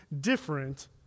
different